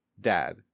dad